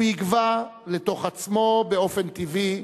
הוא יגווע לתוך עצמו באופן טבעי"